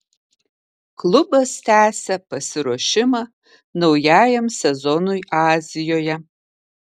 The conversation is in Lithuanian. klubas tęsia pasiruošimą naujajam sezonui azijoje